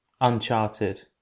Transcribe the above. Uncharted